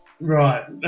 Right